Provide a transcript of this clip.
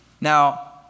Now